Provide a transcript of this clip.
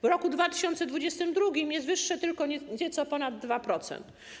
W roku 2022 jest wyższe tylko nieco ponad 2%.